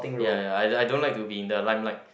ya ya I don't like to be in the limelight